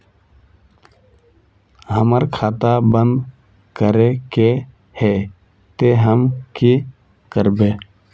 हमर खाता बंद करे के है ते हम की करबे?